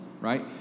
right